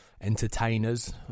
entertainers